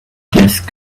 desk